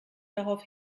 darauf